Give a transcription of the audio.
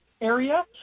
area